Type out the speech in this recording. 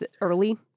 early